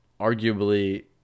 arguably